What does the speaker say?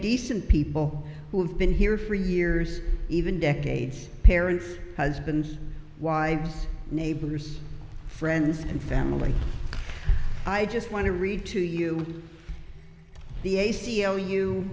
decent people who have been here for years even decades parents husbands wives neighbors friends and family i just want to read to you the a